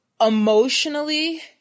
emotionally